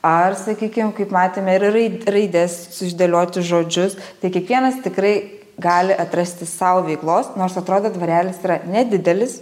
ar sakykim kaip matėme ir raid raides s išdėlioti žodžius tai kiekvienas tikrai gali atrasti sau veiklos nors atrodo dvarelis yra nedidelis